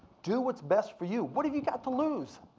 do what's best for you. what have you got to lose?